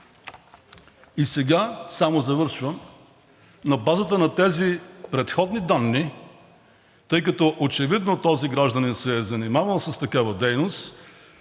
И сега, само завършвам, на базата на тези предходни данни, тъй като очевидно този гражданин се е занимавал с такава дейност,